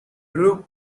drew